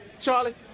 Charlie